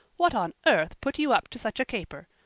what on earth put you up to such a caper?